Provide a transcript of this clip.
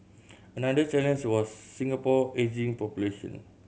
another challenge was Singapore ageing population